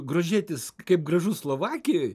grožėtis kaip gražu slovakijoj